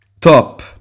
Top